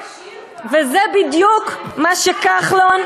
תגיד, מותר לשיר, וזה בדיוק מה שכחלון,